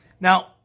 Now